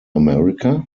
america